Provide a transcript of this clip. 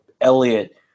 Elliot